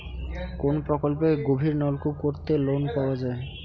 কোন প্রকল্পে গভির নলকুপ করতে লোন পাওয়া য়ায়?